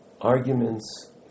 arguments